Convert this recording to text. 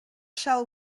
shall